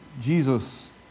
Jesus